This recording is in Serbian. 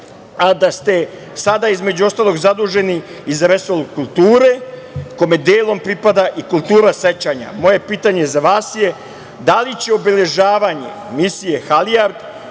a da ste sada, između ostalog, zaduženi i za resor kulture, kome delom pripada i kultura sećanja, moje pitanje za vas je da li će obeležavanje misije "Halijard"